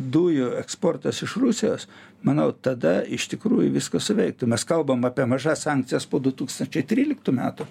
dujų eksportas iš rusijos manau tada iš tikrųjų viskas suveiktų mes kalbam apie mažas sankcijas po du tūkstančiai tryliktų metų